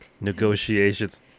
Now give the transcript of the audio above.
negotiations